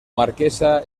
marquesa